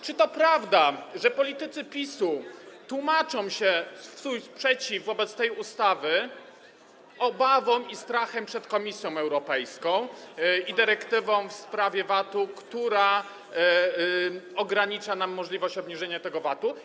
Czy to prawda, że politycy PiS-u tłumaczą swój sprzeciw wobec tej ustawy obawą i strachem przed Komisją Europejską i dyrektywą w sprawie VAT-u, która ogranicza nam możliwość obniżenia tego VAT-u?